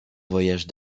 voyage